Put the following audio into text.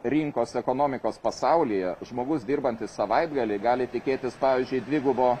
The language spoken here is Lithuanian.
rinkos ekonomikos pasaulyje žmogus dirbantis savaitgalį gali tikėtis pavyzdžiui dvigubo